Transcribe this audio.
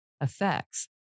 effects